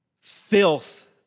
filth